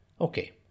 Okay